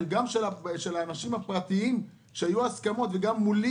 גם של אנשים פרטיים שהיו עליהם הסכמות וגם מולי